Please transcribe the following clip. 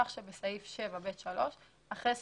כך שבסעיף 7(ב)(3), אחרי "97"